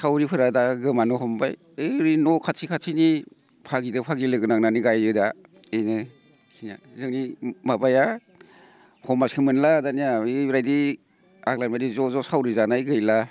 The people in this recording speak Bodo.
सावरिफोरा दा गोमानो हमबाय ओरैनो न' खाथि खाथिनि भागिजों भागि लोगो नांनानै गायो दा बेनो जोंनिया जोंनि माबाया मानसि मोनला दानिया ओरैबायदि आगोलबायदि ज' ज' सावरि जानाय गैला